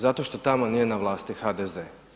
Zato što tamo nije na vlasti HDZ.